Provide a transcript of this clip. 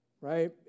right